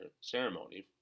ceremony